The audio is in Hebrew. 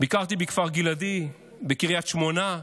ביקרתי בכפר גלעדי ובקריית שמונה,